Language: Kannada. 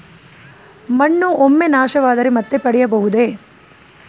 ಮಣ್ಣು ಒಮ್ಮೆ ನಾಶವಾದರೆ ಮತ್ತೆ ಪಡೆಯಬಹುದೇ?